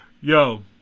Yo